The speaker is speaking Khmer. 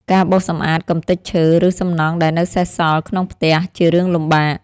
ការបោសសម្អាតកម្ទេចឈើ ឬសំណង់ដែលនៅសេសសល់ក្នុងផ្ទះ ជារឿងលំបាក។